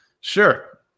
Sure